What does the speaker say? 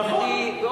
נכון.